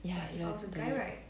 ya you're